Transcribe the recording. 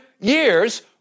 years